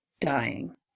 dying